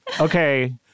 Okay